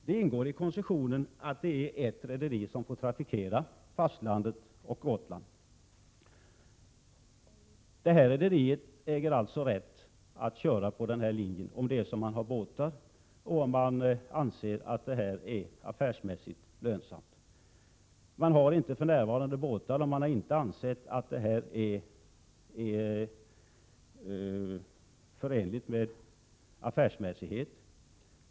Det ingår i koncessionen att detta rederi också får trafikera mellan Öland och Gotland om rederiet har båtar och anser att det är affärsmässigt lönsamt. För närvarande har man inte båtar, och man anser inte att det är affärsmässigt lönsamt.